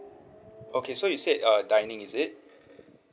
okay so you said uh dining is it